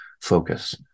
focus